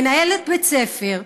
מנהלת בית ספר,